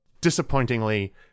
disappointingly